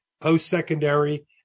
post-secondary